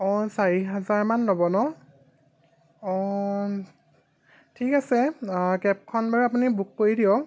অঁ চাৰি হাজাৰমান ল'ব ন অঁ ঠিক আছে কেবখন বাৰু আপুনি বুক কৰি দিয়ক